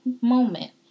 moment